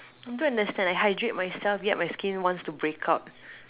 I don't understand I hydrate myself yet my skin wants to break out